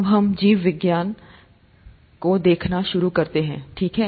अब हम जीवविज्ञान को देखना शुरू करते हैं ठीक है